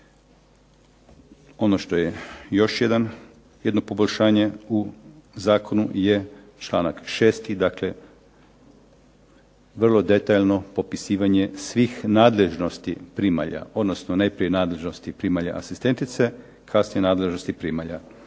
Ono što je još jedno poboljšanje u zakonu je članak 6., dakle vrlo detaljno popisivanje svih nadležnosti primalja, odnosno najprije nadležnosti primalja asistentice, kasnije nadležnosti primalja.